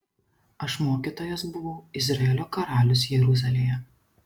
aš mokytojas buvau izraelio karalius jeruzalėje